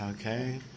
okay